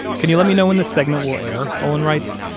can you let me know when this segment will air, olin writes,